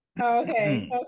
okay